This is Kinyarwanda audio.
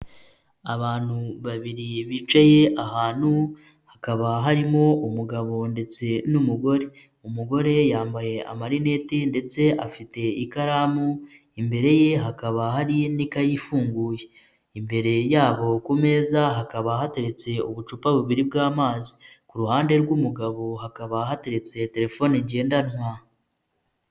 Abantu babiri bicaye ahantu, hakaba harimo umugabo ndetse n'umugore, umugore yambaye amarineti ndetse afite ikaramu, imbere ye hakaba hari indi kayi ifunguye, imbere yabo ku meza hakaba hateretse ubucupa bubiri bw'amazi, ku ruhande rw'umugabo hakaba hateretse telefone ngendanwa.